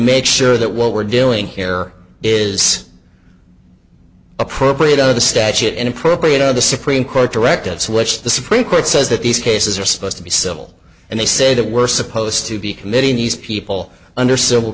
make sure that what we're doing here is appropriate out of the statute inappropriate on the supreme court directed switch the supreme court says that these cases are supposed to be civil and they say that we're supposed to be committing these people under civil